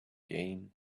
gain